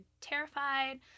terrified